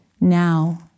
now